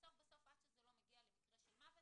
בסוף בסוף עד שזה לא מגיע למקרה של מוות